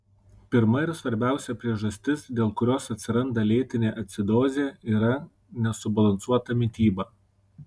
pirma ir svarbiausia priežastis dėl kurios atsiranda lėtinė acidozė yra nesubalansuota mityba